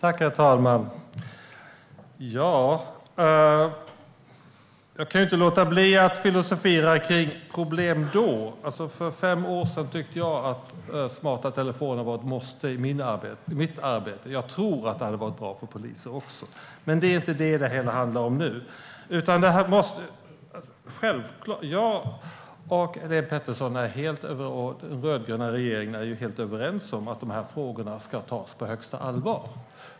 Herr talman! Jag kan inte låta bli att filosofera kring "problem då". För fem år sedan tyckte jag att smarta telefoner var ett måste i mitt arbete. Jag tror att det hade varit bra också för poliser. Men det är inte det det hela handlar om nu. Jag, Helene Petersson och den rödgröna regeringen är helt överens om att de här frågorna ska tas på största allvar.